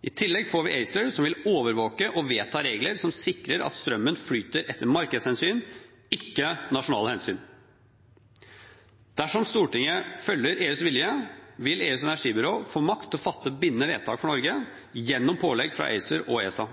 I tillegg får vi ACER som vil overvåke og vedta regler som sikrer at strømmen flyter etter markedshensyn, ikke nasjonale hensyn.» Dersom Stortinget følger EUs vilje, vil EUs energibyrå få makt til å fatte bindende vedtak for Norge gjennom pålegg fra ACER og ESA.